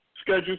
schedule